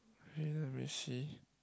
wait let me see